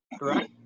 right